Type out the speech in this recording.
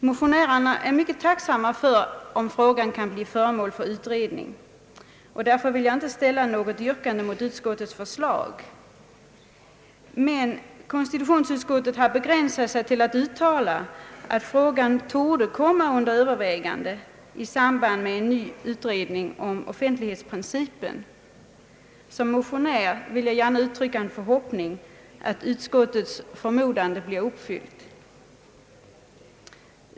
Motionärerna är mycket tacksamma om frågan kan bli föremål för utredning, och därför vill jag inte ställa något yrkande mot utskottets förslag. Konstitutionsutskottet har emellertid begränsat sig till att uttala att frågan torde komma under övervägande i samband med en ny utredning om offentlighetsprincipen. Som motionär vill jag gärna uttrycka en förhoppning att utskottets förmodan blir uppfylld.